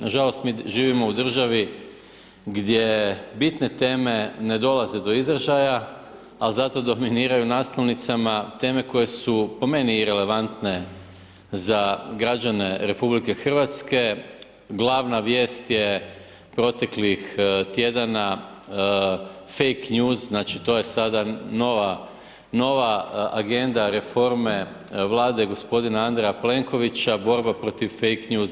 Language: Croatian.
Nažalost mi živimo u državi gdje bitne teme ne dolaze do izražaja ali zato dominiraju u naslovnicama teme koje su po meni irelevantne za građane RH, glavna vijest je proteklih tjedana fake news, znači to je sada nova agenda reforme Vlade g. Plenkovića, borba protiv fake newsa.